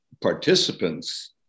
participants